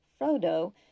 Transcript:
Frodo